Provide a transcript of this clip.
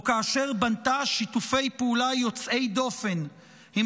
או כאשר בנתה שיתופי פעולה יוצאי דופן עם